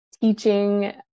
teaching